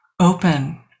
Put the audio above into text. open